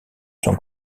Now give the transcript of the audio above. son